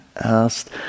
asked